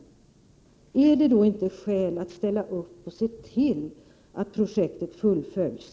Finns det då inte skäl att ställa upp och se till att projektet fullföljs?